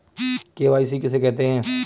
KYC किसे कहते हैं?